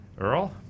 Earl